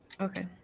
okay